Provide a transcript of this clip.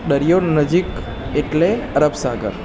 દરિયો નજીક એટલે અરબ સાગર